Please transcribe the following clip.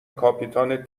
کاپیتان